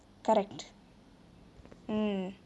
correct mm